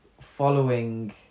following